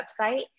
website